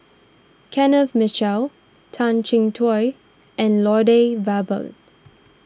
Kenneth Mitchell Tan Chin Tuan and Lloyd Valberg